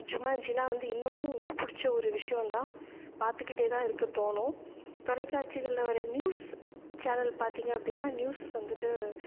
ஜுமான்ஜிலாம் வந்து இன்னமும் பிடிச்ச ஒரு விஷியம் தான் பார்த்துக்கிட்டே தான் இருக்க தோணும் தொலைக்காட்சிகளில் வர நியூஸ் சேனல் பார்த்திங்க அப்படின்னா நியூஸ் வந்துட்டு